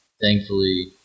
thankfully